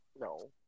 No